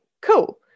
cool